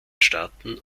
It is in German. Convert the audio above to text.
starten